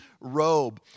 robe